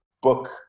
book